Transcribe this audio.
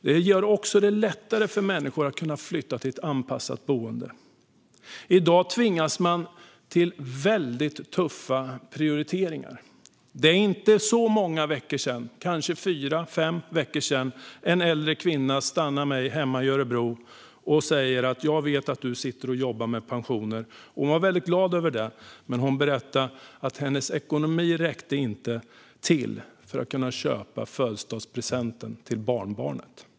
Det gör det också lättare för människor att kunna flytta till ett anpassat boende. I dag tvingas många till tuffa prioriteringar. För fyra fem veckor sedan stoppade en äldre kvinna mig hemma i Örebro och sa att hon visste att jag jobbar med pensioner och att hon var glad över det. Men hon berättade att hennes ekonomi inte räckte till för att kunna köpa födelsedagspresent till barnbarnet.